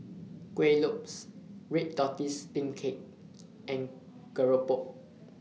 Kueh Lopes Red Tortoise Steamed Cake and Keropok